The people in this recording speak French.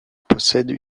possède